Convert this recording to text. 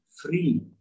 Free